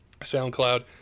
soundcloud